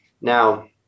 now